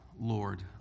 Lord